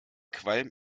qualm